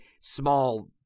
small